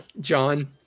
John